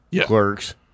Clerks